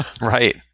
Right